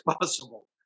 possible